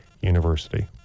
University